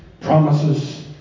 promises